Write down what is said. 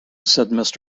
said